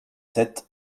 sept